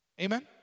Amen